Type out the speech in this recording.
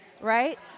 right